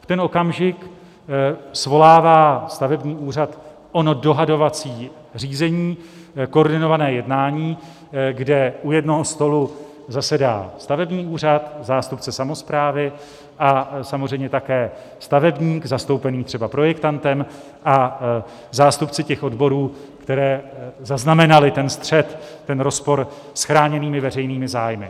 V ten okamžik svolává stavební úřad ono dohodovací řízení, koordinované jednání, kde u jednoho stolu zasedá stavební úřad, zástupce samosprávy a samozřejmě také stavebník, zastoupený třeba projektantem a zástupci těch odborů, které zaznamenaly ten střet, rozpor s chráněnými veřejnými zájmy.